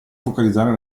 focalizzare